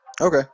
Okay